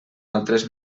altres